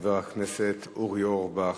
חבר הכנסת אורי אורבך,